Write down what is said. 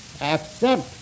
accept